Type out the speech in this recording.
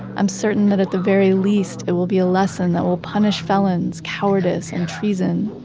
i'm certain that at the very least it will be a lesson that will punish felons, cowardice and treason'